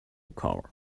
car